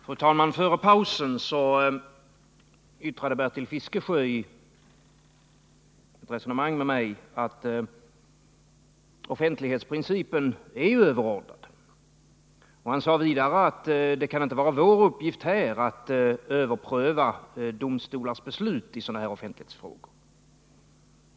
Fru talman! Före pausen yttrade Bertil Fiskesjö i ett resonemang med mig att offentlighetsprincipen är överordnad. Han sade vidare att det inte kan vara vår uppgift häf att överpröva domstolars beslut i offentlighetsfrågor.